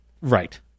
Right